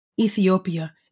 Ethiopia